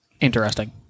Interesting